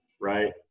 right